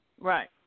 Right